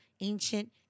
ancient